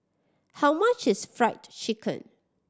how much is Fried Chicken